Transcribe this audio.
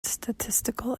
statistical